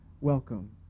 welcome